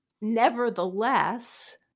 nevertheless